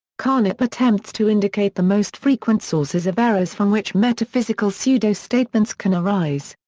carnap attempts to indicate the most frequent sources of errors from which metaphysical pseudo-statements can arise.